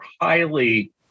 highly